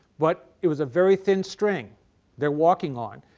but it was a very thing string they are walking on.